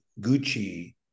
gucci